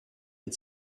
had